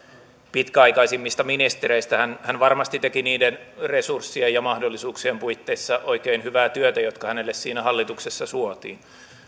pitkäaikaisimmista ministereistä hän hän varmasti teki niiden resurssien ja mahdollisuuksien puitteissa oikein hyvää työtä jotka hänelle siinä hallituksessa suotiin